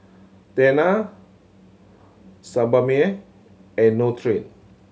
Tena Sebamed and Nutren